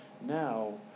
now